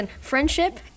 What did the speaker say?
friendship